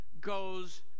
goes